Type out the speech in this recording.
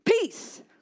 peace